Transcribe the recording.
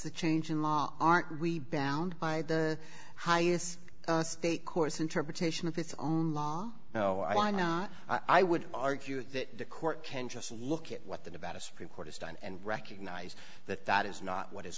a change in law aren't we bound by the highest state courts interpretation of its own law no i not i would argue that the court can just look at what that about a supreme court has done and recognize that that is not what is